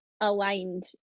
aligned